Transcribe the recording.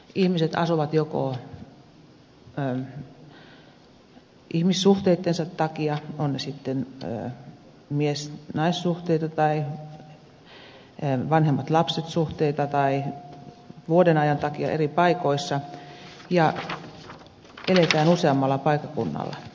ihmiset asuvat joko ihmissuhteittensa takia ovat ne sitten miesnaissuhteita tai vanhemmatlapset suhteita tai vuodenajan takia eri paikoissa ja eletään useammalla paikkakunnalla